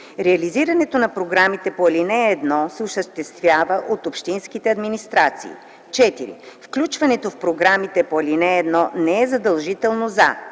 Реализирането на програмите по ал. 1 се осъществява от общинските администрации. (4) Включването в програмите по ал. 1 не е задължително за: